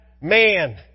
man